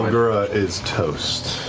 barlgura is toast.